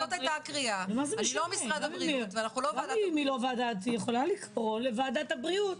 זאת הייתה הקריאה --- וזה לא מספק אותנו רק לקרוא לוועדת הבריאות,